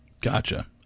Gotcha